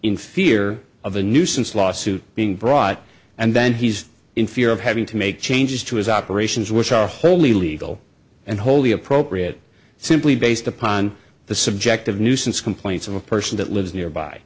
in fear of a nuisance lawsuit being brought and then he's in fear of having to make changes to his operations which are wholly legal and wholly appropriate simply based upon the subject of nuisance complaints of a person that lives nearby